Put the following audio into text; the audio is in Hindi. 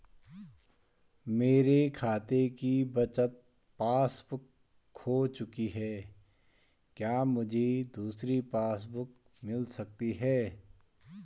मेरे खाते की बचत पासबुक बुक खो चुकी है क्या मुझे दूसरी पासबुक बुक मिल सकती है?